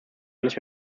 nicht